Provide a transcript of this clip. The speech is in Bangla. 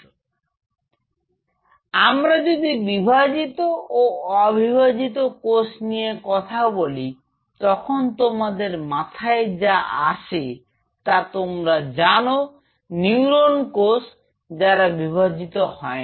সুতরাং আমরা যদি বিভাজিত ও অবিভাজিত কোষ নিয়ে কথা বলি তখন তোমাদের মাথায় যা আসে তা তোমরা জানো নিউরোন কোষ যারা বিভাজিত হয় না